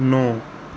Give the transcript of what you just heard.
ਨੌਂ